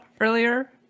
earlier